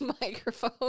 microphone